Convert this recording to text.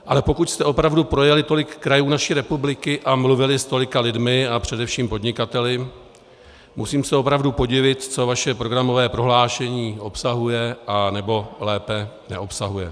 Ale pokud jste opravdu projeli tolik krajů naší republiky a mluvili s tolika lidmi a především podnikateli, musím se opravdu podivit, co vaše programové prohlášení obsahuje, anebo lépe neobsahuje.